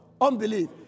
Unbelief